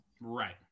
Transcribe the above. Right